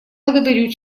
благодарю